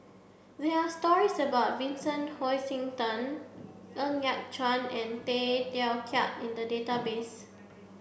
there are stories about Vincent Hoisington Ng Yat Chuan and Tay Teow Kiat in the database